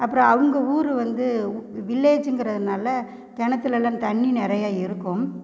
அப்புறம் அவங்க ஊர் வந்து வில்லேஜுங்கிறதுனால கிணத்துலலாம் தண்ணி நிறையா இருக்கும்